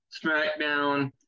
SmackDown